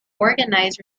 organize